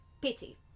pity